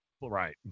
Right